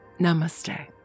Namaste